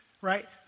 right